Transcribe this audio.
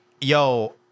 yo